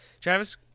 Travis